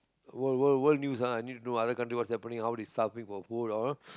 wo~ world world world news ah I need to know in other country what's happening how this start looking for food you know